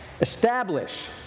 Establish